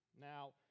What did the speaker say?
Now